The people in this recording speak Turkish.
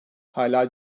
hâlâ